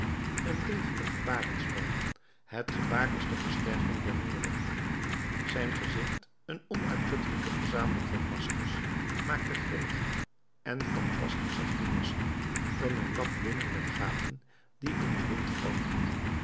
een levendig gebarenspel het gebaar is de versterking der woorden zijn gezicht een onuitputtelijke verzameling van maskers maakte grilliger en phantastischer grimassen dan een lap linnen met gaten die in den wind